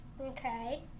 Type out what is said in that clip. Okay